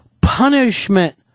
punishment